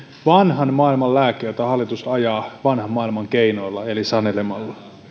vanhan maailman lääke jota hallitus ajaa vanhan maailman keinoilla eli sanelemalla